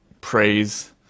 praise